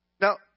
Now